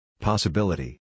Possibility